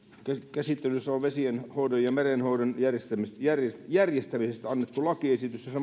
käsittelyssä on vesienhoidon ja merenhoidon järjestämisestä annettu lakiesitys